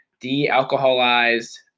de-alcoholized